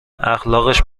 اخلاقش